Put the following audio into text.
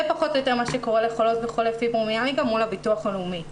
זה פחות או יותר מה שקורה לחולי וחולות פיברומיאלגיה מול הביטוח הלאומי.